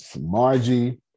Margie